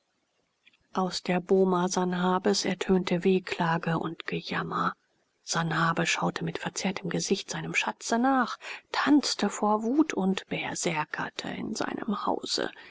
aus der boma sanhabes ertönte wehklage und gewimmer sanhabe schaute mit verzerrtem gesicht seinem schatze nach tanzte vor wut und berserkerte in seinem hause